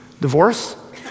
divorce